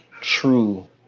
true